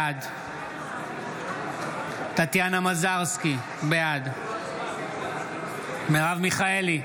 בעד טטיאנה מזרסקי, בעד מרב מיכאלי,